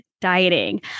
dieting